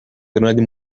grande